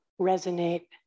resonate